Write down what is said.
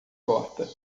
torta